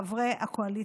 חברי הקואליציה.